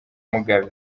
mugabe